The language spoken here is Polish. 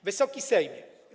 Wysoki Sejmie!